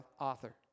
author